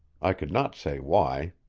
i could not say why.